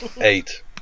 Eight